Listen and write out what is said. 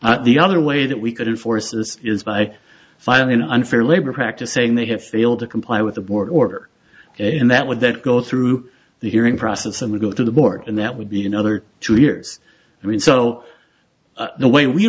the other way that we could enforce this is by filing an unfair labor practice saying they have failed to comply with the board order and that would that go through the hearing process and we go to the board and that would be another two years read so the way we